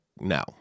No